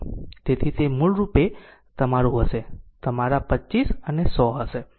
તેથી તે મૂળરૂપે તમારું હશે તે તમારા 25 અને 100 છે